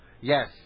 Yes